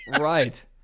Right